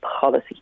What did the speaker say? policy